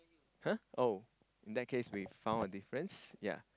!huh! oh in that case we've found a difference ya